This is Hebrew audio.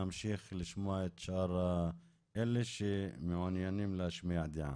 נמשיך גם לשמוע את שאר האלה שמעוניינים להשמיע דעה.